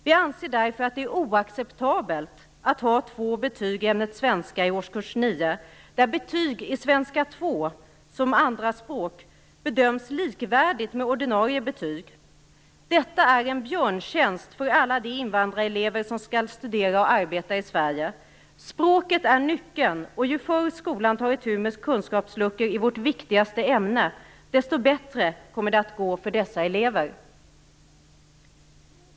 Vi anser därför att det är oacceptabelt att ha två betyg i ämnet svenska i årskurs 9, där betyg i svenska som andraspråk bedöms likvärdigt med ordinarie betyg. Detta är en björntjänst för alla de invandrarelever som skall studera och arbeta i Sverige. Språket är nyckeln. Ju förr skolan tar itu med kunskapsluckor i vårt viktigaste ämne desto bättre kommer det att gå för dessa elever.